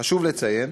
חשוב לציין